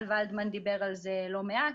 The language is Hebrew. איל ולדמן דיבר על זה לא מעט,